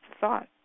thought